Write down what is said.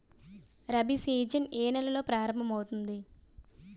Rabi season ఏ నెలలో ప్రారంభమౌతుంది?